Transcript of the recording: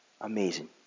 Amazing